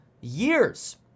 years